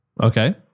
Okay